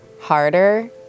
harder